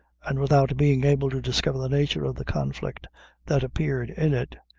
and without being able to discover the nature of the conflict that appeared in it,